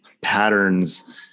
patterns